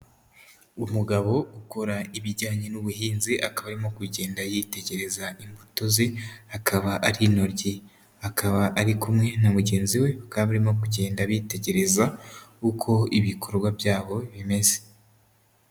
Umugabo ukora ibijyanye n'ubuhinzi aka arimo kugenda yitegereza imbuto ze, akaba ari intoryi, akaba ari kumwe na mugenzi we bakaba barimo kugenda bitegereza uko ibikorwa byabo bimeze.